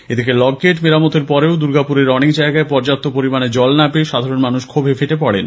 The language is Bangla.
এদিকে লকগেট মেরামতের পরেও দুর্গাপুরের অনেক জায়গায় পর্যাপ্ত পরিমাণে জল না পেয়ে সাধারণ মানুষ ক্ষোভে ফেটে পড়েন